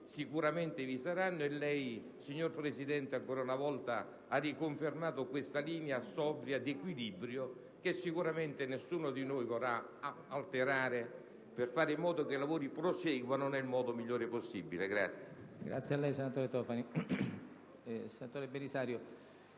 sicuramente vi saranno. E lei, signor Presidente, ancora una volta ha riconfermato questa linea sobria di equilibrio, che sicuramente nessuno di noi vorrà alterare, per fare in modo che i lavori proseguano nel modo migliore possibile.